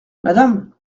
madame